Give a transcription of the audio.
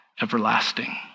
everlasting